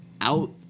out